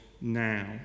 now